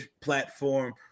platform